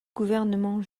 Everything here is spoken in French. gouvernement